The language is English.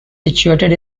situated